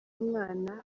umwana